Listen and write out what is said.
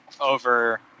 over